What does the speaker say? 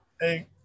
Hey